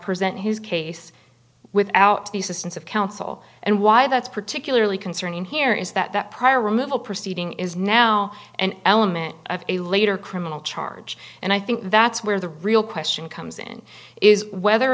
present his case without the assistance of counsel and why that's particularly concerning here is that prior removal proceeding is now an element of a later criminal charge and i think that's where the real question comes in is whether or